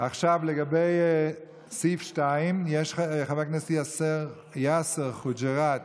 לגבי סעיף 2, חבר הכנסת יאסר חוג'יראת,